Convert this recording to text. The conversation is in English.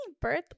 birth